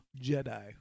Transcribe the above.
Jedi